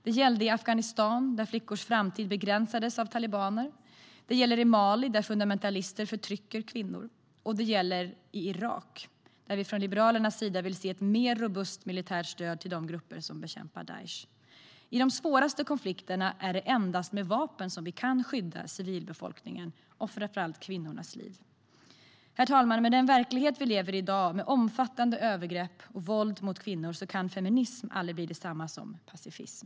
Det gällde i Afghanistan där flickors framtid begränsades av talibaner, det gäller i Mali där fundamentalister förtrycker kvinnor och det gäller i Irak där vi från Liberalernas sida vill se ett mer robust militärt stöd till de grupper som bekämpar Daish. I de svåraste konflikterna är det endast med vapen vi kan skydda civilbefolkningen och framför allt kvinnornas liv. Herr talman! Med den verklighet vi lever i i dag med omfattande övergrepp och våld mot kvinnor kan feminism aldrig bli detsamma som pacifism.